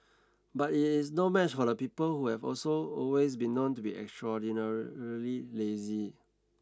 but it is no match for the people who have also always been known to be extraordinarily lazy